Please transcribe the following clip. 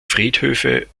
friedhöfe